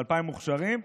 ו-2,000 מוכשרים.